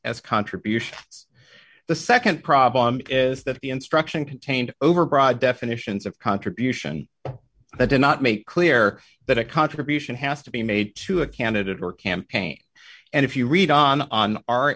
as contributions the nd problem is that the instruction contained over broad definitions of contribution did not make clear that a contribution has to be made to a candidate or campaign and if you read on on our